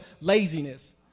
laziness